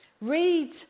read